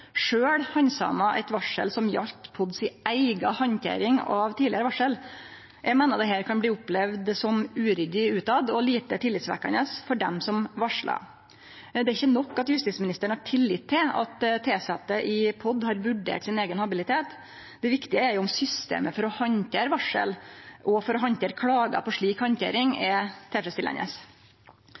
handsama eit varsel som gjaldt PODs eiga handtering av tidlegare varsel. Eg meiner dette kan bli opplevd som uryddig utetter og lite tillitvekkjande for dei som varslar. Det er ikkje nok at justisministeren har tillit til at tilsette i POD har vurdert sin eigen habilitet. Det viktige er jo om systemet for å handtere varsel og for å handtere klagar på slik handtering er